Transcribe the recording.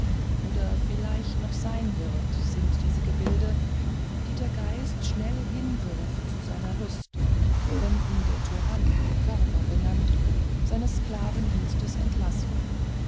oder vielleicht noch sein wird sind diese gebilde die der geist schnell hinwirft zu seiner lust wenn ihn der tyrann körper genannt seines sklavendienstes entlassen